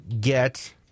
get